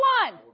one